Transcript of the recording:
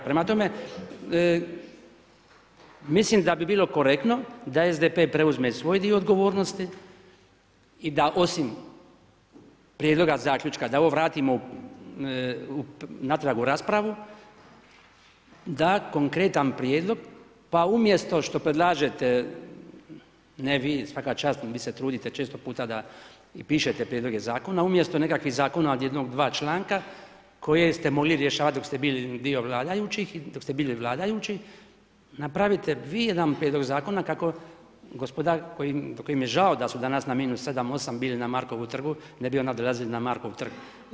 Prema tome, mislim da bi bilo korektno da SDP preuzme svoj dio odgovornosti i da osim prijedloga zaključka, da ovo vratimo natrag u raspravu, da konkretan prijedlog, pa umjesto što predlažete, ne vi, svaka čast, vi se trudite često puta da i pišete prijedloge zakona, umjesto nekakvih zakona od jednog-dva članka koje ste mogli rješavati dok ste bili dio vladajućih i dok ste bili vladajući, napravite vi jedan prijedlog zakona kako gospoda, kojim je žao da su danas na -7, -8 bili na Markovu trgu, ne bi onda dolazili na Markov trg.